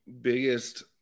biggest